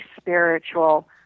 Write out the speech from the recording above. spiritual